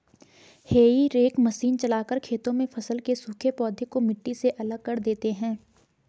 हेई rake machine चलाकर खेतों में फसल के सूखे पौधे को मिट्टी से अलग कर देते हैं